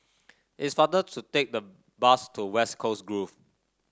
it's faster to take the bus to West Coast Grove